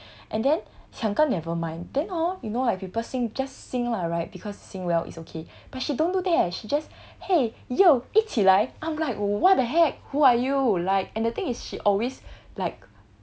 and then 抢歌 never mind then orh you know like people sing just sing lah right because sing well it's okay but she don't do that eh she just !hey! yo 一起来 I'm like what the heck who are you like and the thing is she always like